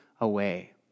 away